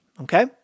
Okay